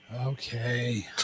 Okay